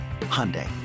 hyundai